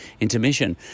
intermission